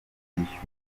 kwishyura